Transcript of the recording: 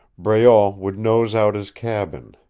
breault would nose out his cabin.